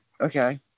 okay